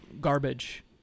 garbage